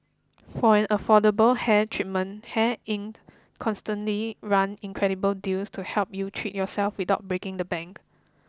for an affordable hair treatment Hair Inc constantly run incredible deals to help you treat yourself without breaking the bank